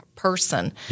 Person